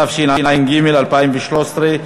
התשע"ג 2013,